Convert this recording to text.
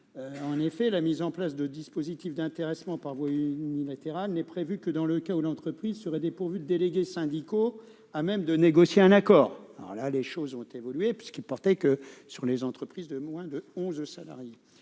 En effet, la mise en place de dispositifs d'intéressement par voie unilatérale n'est prévue que dans le cas où l'entreprise serait dépourvue de délégués syndicaux à même de négocier un accord. Les choses ont évolué, puisqu'il s'agissait des entreprises de moins de onze salariés.